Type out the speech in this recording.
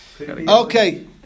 Okay